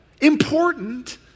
important